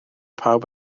pawb